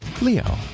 leo